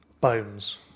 bones